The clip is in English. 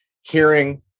hearing